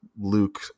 Luke